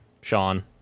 sean